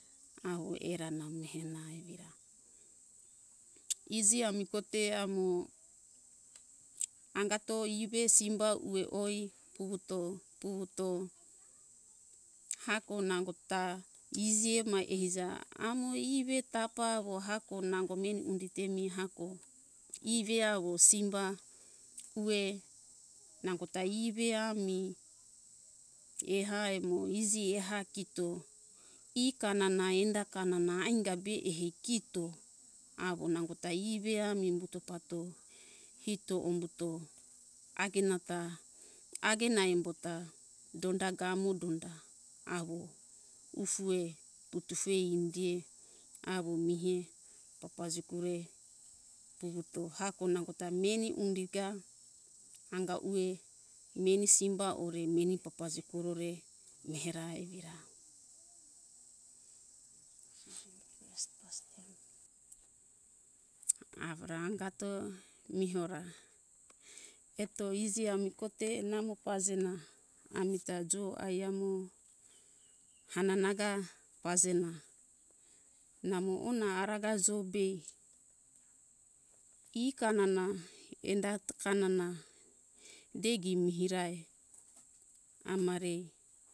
Nau era namo hena evi rai ji ami ko te amo angato ie ve jimba ue oi puto puvuto hako nango ta iji emai ija ie ve tafa avo hako nango meni undi te mi hako ie ve avo simba ue nango ta ie ve ami eha mo iji eha kito ke kanana enda kanana anga be ehe kito avo nango ta ie ve ami umbuto pambuto hito ombuto agena embo ta donda gamo donda avo tefue toto indi ue avo mihe papaji kure puvuto hako nango ta meni undi ga anga ue meni simba ore meni papaji kuro re mihe ra evi ra avo ra angato miho ra eto iji ami ko te namo pajena ami ta jo ai amo hanana ga pajena namo ona araga jo be ie kanana enda kanana degi mihe mirae ama re